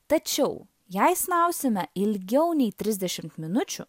tačiau jei snausime ilgiau nei trisdešimt minučių